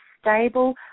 stable